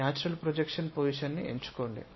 natural projection position ని ఎంచుకోండి